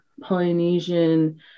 Polynesian